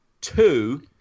Two